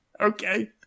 Okay